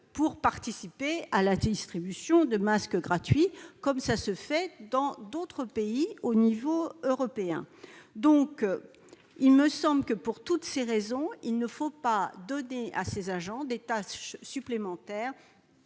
pour participer à la distribution de masques gratuits, comme cela se fait dans d'autres pays européens. Pour toutes ces raisons, il ne faut pas donner à ces agents des tâches supplémentaires